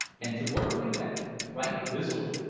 and to work we went right busily,